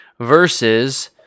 versus